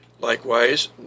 Likewise